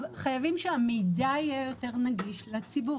חייבים שהמידע יהיה נגיש יותר לציבור.